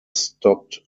stopped